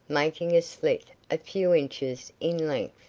making a slit a few inches in length.